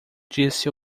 disse